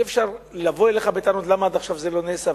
אי-אפשר לבוא אליך בטענות למה עד עכשיו זה לא נעשה,